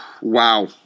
Wow